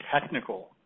technical